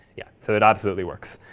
yeah so it absolutely works.